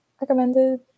recommended